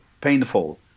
painful